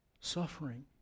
suffering